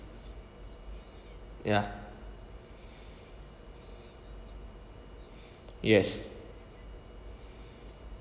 ya yes